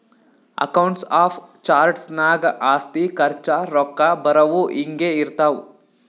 accounts of charts ನಾಗ್ ಆಸ್ತಿ, ಖರ್ಚ, ರೊಕ್ಕಾ ಬರವು, ಹಿಂಗೆ ಇರ್ತಾವ್